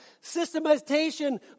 systematization